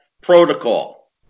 protocol